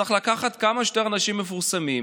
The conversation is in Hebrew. צריך לקחת כמה שיותר אנשים מפורסמים,